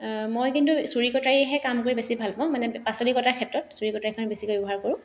মই কিন্তু চুৰী কটাৰীহে কাম কৰি বেছি ভাল পাওঁ মানে পাচলি কটাৰ ক্ষেত্ৰত চুৰী কটাৰীখন বেছিকৈ ব্যৱহাৰ কৰোঁ